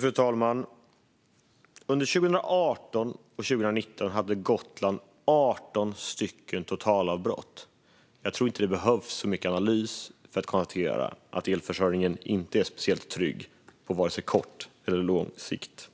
Fru talman! Under 2018 och 2019 hade Gotland 18 stycken totalavbrott. Jag tror inte att det behövs så mycket analys för att konstatera att elförsörjningen inte är särskilt trygg på vare sig kort eller lång sikt.